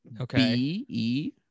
Okay